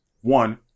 one